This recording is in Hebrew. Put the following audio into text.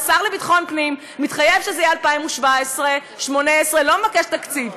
השר לביטחון פנים מתחייב שזה יהיה ב-2017 2018 ולא מבקש תקציב.